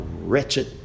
wretched